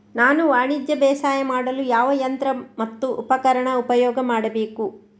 ನಾನು ವಾಣಿಜ್ಯ ಬೇಸಾಯ ಮಾಡಲು ಯಾವ ಯಂತ್ರ ಮತ್ತು ಉಪಕರಣ ಉಪಯೋಗ ಮಾಡಬೇಕು?